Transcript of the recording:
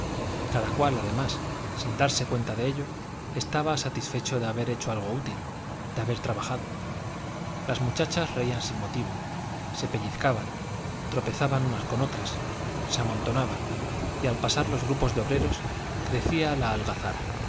cada cual además sin darse cuenta de ello estaba satisfecho de haber hecho algo útil de haber trabajado las muchachas reían sin motivo se pellizcaban tropezaban unas con otras se amontonaban y al pasar los grupos de obreros crecía la algazara